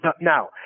Now